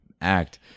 act